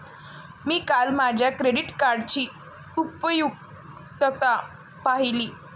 मी काल माझ्या क्रेडिट कार्डची उपयुक्तता पाहिली